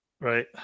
Right